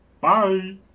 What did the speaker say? Bye